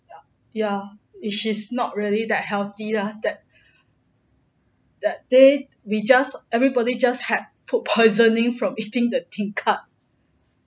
ya if she's not really that healthy lah that that day we just everybody just had food poisoning from eating the tingkat